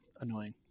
annoying